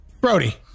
Brody